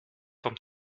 vom